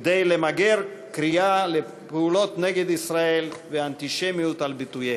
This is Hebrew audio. כדי למגר קריאה לפעולות נגד ישראל ואנטישמיות על ביטוייה.